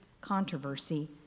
controversy